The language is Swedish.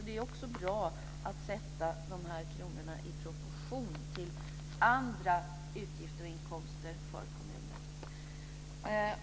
Det är också bra att sätta kronorna i proportion till andra utgifter och inkomster för kommuner.